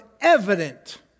evident